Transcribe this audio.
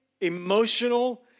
emotional